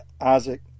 Isaac